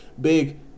big